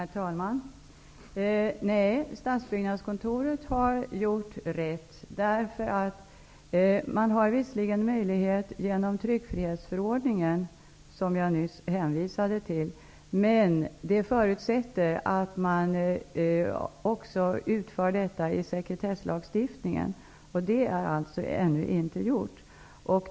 Herr talman! Stadsbyggnadskontoret har gjort rätt. Man har visserligen möjlighet enligt tryckfihetsförordningen, som jag nyss hänvisade till, att vägra lämna ut handlingar, men det förutsätter att detta införs också i sekretesslagstiftningen, vilket alltså ännu inte är gjort.